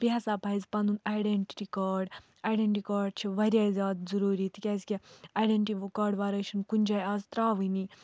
بیٚیہِ ہَسا پَزِ پَنُن اَیڈنٛٹی کارڈ آیڈنٛٹی کارڈ چھِ واریاہ زیادٕ ضُروٗری تِکیٛازِکہِ اَیڈنٛٹی کارڈٕ وَرٲے چھِنہٕ کُنہِ جایہِ آز ترٛاوٲنی